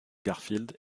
garfield